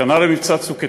שנה למבצע "צוק איתן",